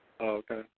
okay